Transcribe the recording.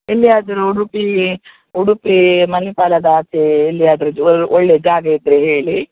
ಎಲ್ಲಿಯಾದರು ಉಡುಪಿ ಉಡುಪಿ ಮಣಿಪಾಲದಾಚೆ ಎಲ್ಲಿಯಾದರು ಜೊ ಒಲ್ ಒಳ್ಳೆ ಜಾಗ ಇದ್ದರೆ ಹೇಳಿ